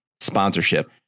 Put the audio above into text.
sponsorship